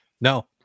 no